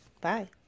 Bye